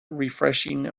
refreshing